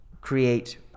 create